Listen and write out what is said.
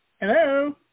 Hello